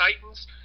titans